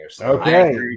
Okay